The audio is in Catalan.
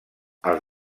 els